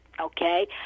okay